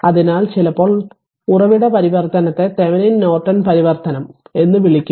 അതിനാൽ ചിലപ്പോൾ ഉറവിട പരിവർത്തനത്തെ തെവെനിൻ നോർട്ടൺ പരിവർത്തനം എന്ന് വിളിക്കുന്നു